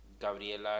Gabriela